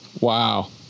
Wow